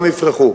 וגם יפרחו.